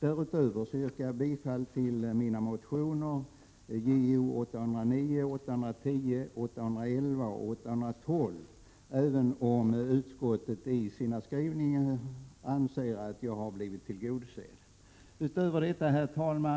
Dessutom yrkar jag bifall till mina motioner Jo809, 810, 811 och 812. även om utskottet i sina skrivningar gör gällande att jag har blivit tillgodosedd. Herr talman!